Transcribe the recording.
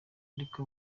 ariko